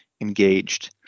engaged